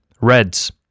Reds